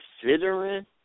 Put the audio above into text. considering